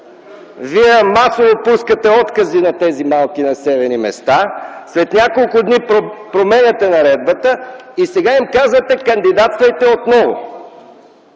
Вие масово пускате откази на тези малки населени места, след няколко дни променяте наредбата и сега им казвате: „Кандидатствайте отново”.